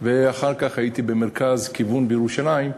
ואחר כך הייתי במרכז "כיוון" בירושלים,